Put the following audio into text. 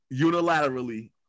Unilaterally